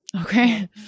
okay